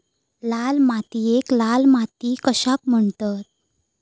लाल मातीयेक लाल माती कशाक म्हणतत?